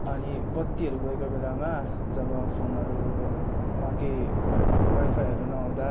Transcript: अनि बत्तीहरू गएको बेलामा जब फोनहरूमा केही वाइफाइहरू नहुँदा